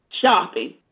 shopping